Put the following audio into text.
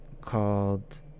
called